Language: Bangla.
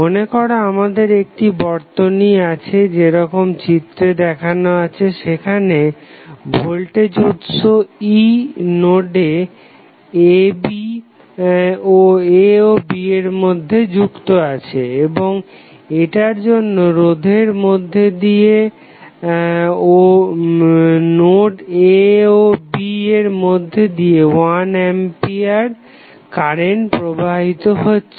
মনেকর আমাদের একটি বর্তনী আছে যেরকম চিত্রে দেখানো আছে যেখানে ভোল্টেজ উৎস E নোড a ও b এর মধ্যে যুক্ত আছে এবং এটার জন্য রোধের মধ্যে দিয়ে ও নোড aওb এর মধ্যে দিয়ে I কারেন্ট প্রবাহিত হচ্ছে